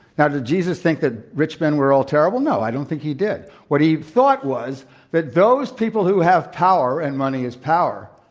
now, did jesus think that rich men were all terrible? no. i don't think he did. what he thought was that those people who have power and money is power